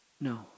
No